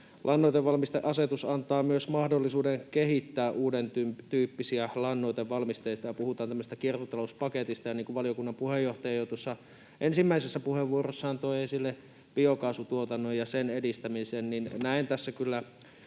Lannoitevalmisteasetus antaa myös mahdollisuuden kehittää uudentyyppisiä lannoitevalmisteita — puhutaan tämmöisestä kiertotalouspaketista — ja kun valiokunnan puheenjohtaja jo tuossa ensimmäisessä puheenvuorossaan toi esille biokaasutuotannon ja sen edistämisen, niin näen tässä kyllä